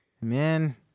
man